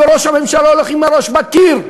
וראש הממשלה הולך עם הראש בקיר.